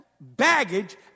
baggage